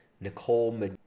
Nicole